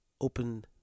Open